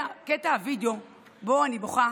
קטע הווידיאו שבו אני בוכה